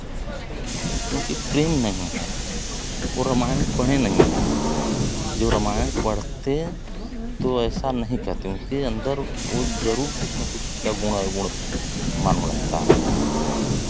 क्योंकि प्रेम नहीं है वो रामायण पढ़े नहीं हैं जो रामायण पढ़ते तो ऐसा नहीं कहते उनके अंदर वो जरूर कुछ ना कुछ उसका गुण अवगुण मालूम रहता